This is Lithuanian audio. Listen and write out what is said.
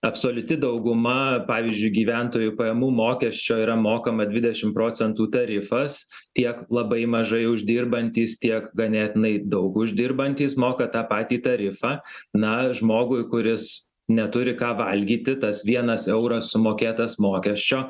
absoliuti dauguma pavyzdžiui gyventojų pajamų mokesčio yra mokama dvidešim procentų tarifas tiek labai mažai uždirbantys tiek ganėtinai daug uždirbantys moka tą patį tarifą na žmogui kuris neturi ką valgyti tas vienas euras sumokėtas mokesčio